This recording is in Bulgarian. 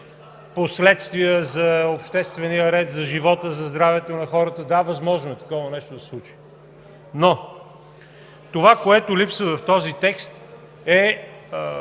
последствия за обществения ред, за живота, за здравето на хората. Да, възможно е такова нещо да се случи! Но това, което липсва в този текст, е